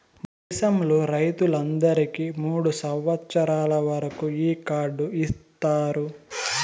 దేశంలో రైతులందరికీ మూడు సంవచ్చరాల వరకు ఈ కార్డు ఇత్తారు